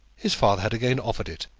his father had again offered it,